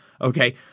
okay